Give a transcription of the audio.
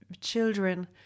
children